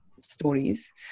stories